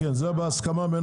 כן זה היה בהסכמה.